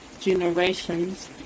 generations